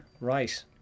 right